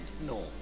no